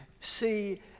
see